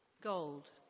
gold